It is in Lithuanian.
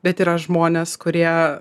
bet yra žmonės kurie